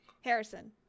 Harrison